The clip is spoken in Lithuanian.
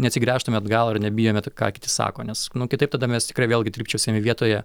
neatsigręžtume atgal ar nebijome to ką kiti sako nes kitaip tada mes vėlgi trypčiosime vietoje